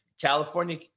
california